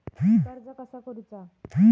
कर्ज कसा करूचा?